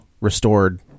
restored